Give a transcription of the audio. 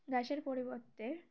গ্যাসের পরিবর্তে